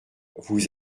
vous